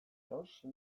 kausa